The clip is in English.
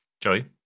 Joey